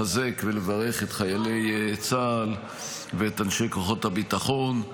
לחזק ולברך את חיילי צה"ל ואת אנשי כוחות הביטחון,